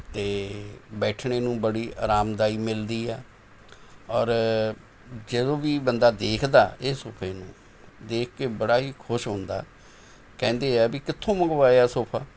ਅਤੇ ਬੈਠਣੇ ਨੂੰ ਬੜੀ ਆਰਾਮਦਾਈ ਮਿਲਦੀ ਹੈ ਔਰ ਜਦੋਂ ਵੀ ਬੰਦਾ ਦੇਖਦਾ ਇਹ ਸੋਫੇ ਨੂੰ ਦੇਖ ਕੇ ਬੜਾ ਹੀ ਖੁਸ਼ ਹੁੰਦਾ ਕਹਿੰਦੇ ਹੈ ਵੀ ਕਿੱਥੋਂ ਮੰਗਵਾਇਆ ਸੋਫਾ